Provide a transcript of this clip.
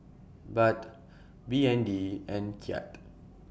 Baht B N D and Kyat